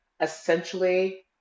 essentially